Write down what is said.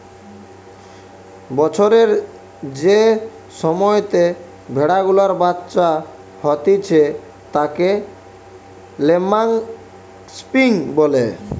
বছরের যে সময়তে ভেড়া গুলার বাচ্চা হতিছে তাকে ল্যাম্বিং বলে